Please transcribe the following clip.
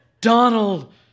Donald